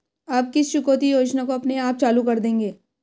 आप किस चुकौती योजना को अपने आप चालू कर देंगे?